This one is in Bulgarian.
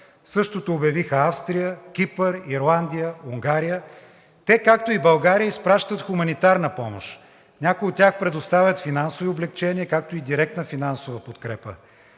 същото обявиха Австрия, Кипър, Ирландия, Унгария. Те, както и България, изпращат хуманитарна помощ, някои от тях предоставят финансови облекчения, както и директна финансова подкрепа.